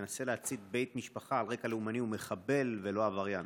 שמנסה להצית בית משפחה על רקע לאומני הוא מחבל ולא עבריין.